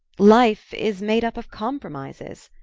life is made up of compromises.